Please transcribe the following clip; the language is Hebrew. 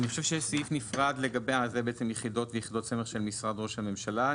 זה לגבי יחידות ויחידות סמך של משרד ראש הממשלה,